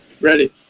Ready